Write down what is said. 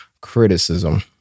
criticism